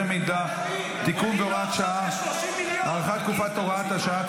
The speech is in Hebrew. מידע (תיקון והוראת שעה) (הארכת תקופת הוראת שעה),